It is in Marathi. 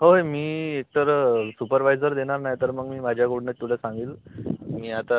होय मी एक तर सुपरवायझर देणार नाही तर मग मी माझ्याकडून तुला सांगेल मी आता